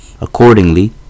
accordingly